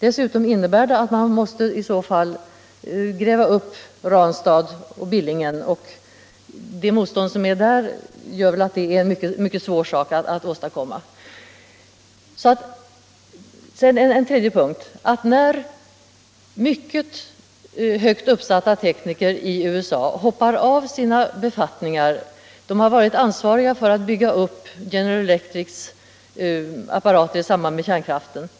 I så fall måste man gräva upp Ranstad och Billingen, och med det motstånd som råder där blir det väl mycket svårt. En tredje punkt: Mycket högt uppsatta tekniker i USA hoppar av sina befattningar. De har varit ansvariga för att bygga upp General Electrics apparater i samband med kärnkraften.